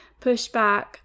pushback